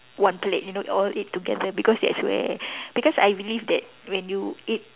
one plate you know all eat together because that's where because I believe that when you eat